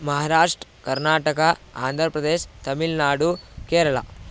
महाराष्ट्रः कर्नाटका आन्ध्रप्रदेशः तमिल्नाडु केरळा